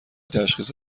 تشخیص